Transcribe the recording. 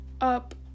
up